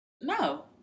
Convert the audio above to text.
No